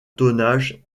tonnage